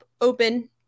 open